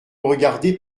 regarder